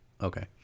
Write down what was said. Okay